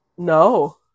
No